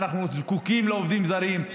ואנחנו זקוקים לעובדים זרים.